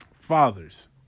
Fathers